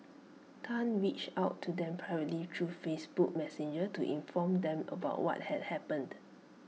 Tan reached out to them privately through Facebook Messenger to inform them about what had happened